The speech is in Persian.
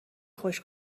خوش